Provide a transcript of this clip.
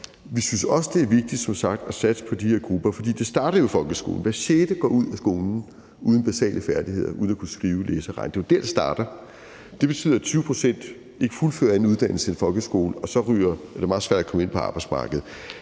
Vi synes også, at det som sagt er vigtigt at satse på de her grupper, for det starter jo i folkeskolen. Hver sjette går ud af skolen uden basale færdigheder, uden at kunne skrive, læse og regne – det er jo der, det starter. Det betyder, at 20 pct. ikke fuldfører en uddannelse i folkeskolen, og så er det meget svært at komme ind på arbejdsmarkedet.